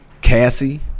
Cassie